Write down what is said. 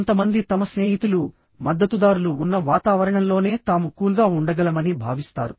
కొంతమంది తమ స్నేహితులు మద్దతుదారులు ఉన్న వాతావరణంలోనే తాము కూల్గా ఉండగలమని భావిస్తారు